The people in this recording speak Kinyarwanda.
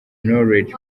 knowledge